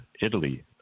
Italy